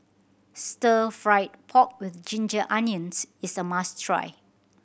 Stir Fry pork with ginger onions is a must try